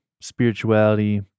spirituality